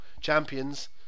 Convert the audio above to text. champions